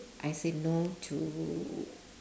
I said no to